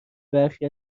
برخی